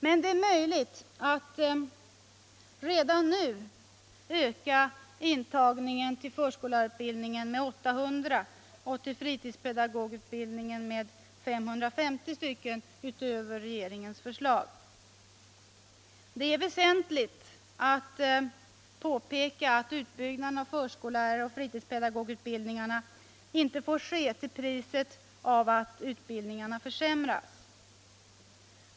Men det är möjligt att redan nu öka intagningen till förskollärarutbildningen med 800 och till fritidspedagogutbildningen med 550 platser utöver regeringens förslag. Det är väsentligt att påpeka att utbyggnaden av förskolläraroch fritidspedagogutbildningarna inte får ske till priset av att dessa utbildningar försämras.